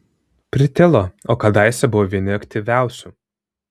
pritilo o kadaise buvo vieni aktyviausių